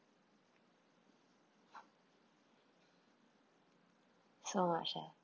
so much ah